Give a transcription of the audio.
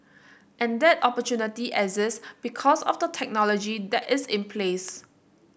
and that opportunity exists because of the technology that is in place